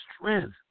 strength